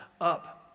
up